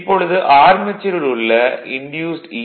இப்பொழுது ஆர்மெச்சூரில் உள்ள இன்டியூஸ்ட் ஈ